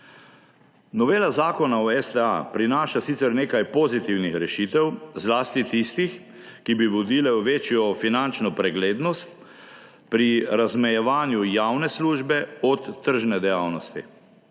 Novela Zakona o STA prinaša sicer nekaj pozitivnih rešitev, zlasti tistih, ki bi vodile v večjo finančno preglednost pri razmejevanju javne službe od tržne dejavnosti,